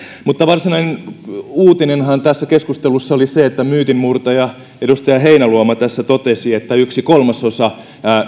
mutta varsinainen uutinenhan tässä keskustelussa oli se minkä myytinmurtaja edustaja heinäluoma tässä totesi että yksi kolmasosa suomalaisista